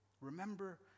Remember